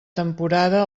temporada